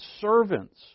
servants